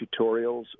tutorials